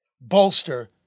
bolster